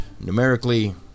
Numerically